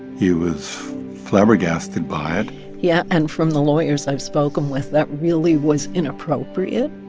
he was flabbergasted by it yeah. and from the lawyers i've spoken with, that really was inappropriate.